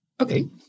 Okay